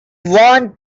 want